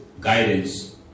guidance